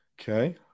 Okay